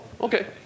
okay